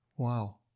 Wow